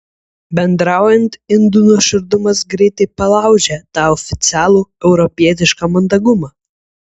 bendraujant indų nuoširdumas greitai palaužia tą oficialų europietišką mandagumą